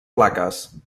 plaques